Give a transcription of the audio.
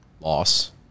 Loss